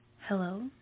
Hello